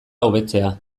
hobetzea